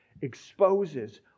exposes